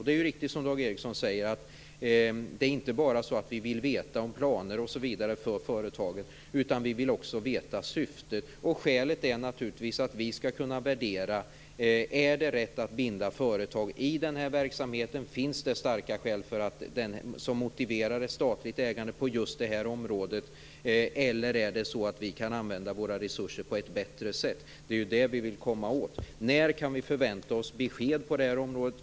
Det är riktigt som Dag Ericson säger att vi inte bara vill veta mer om planer för företagen, utan vi vill också veta vad syftet är. Skälet är naturligtvis att vi skall kunna värdera om det är rätt att binda företag i verksamheten. Finns det starka skäl som motiverar statligt ägande på just det här området eller kan vi använda våra resurser på ett bättre sätt? Det är ju det som vi vill komma åt. När kan vi förvänta oss besked på det här området?